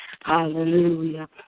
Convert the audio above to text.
hallelujah